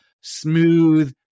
smooth